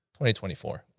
2024